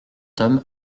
homme